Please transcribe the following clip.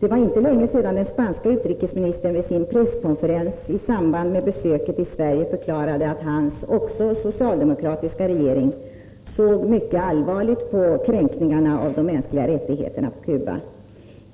Det var inte länge sedan den spanske utrikesministern vid sin presskonferens i samband med besöket i Sverige förklarade att hans, också socialdemokratiska, regering såg mycket allvarligt på kränkningarna av de mänskliga rättigheterna på Cuba.